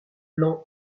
blanc